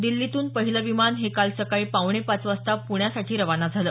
दिल्लीतून पहिलं विमान हे काल सकाळी पावणे पाच वाजता प्ण्यासाठी रवाना झालं